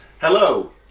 Hello